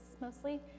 mostly